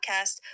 podcast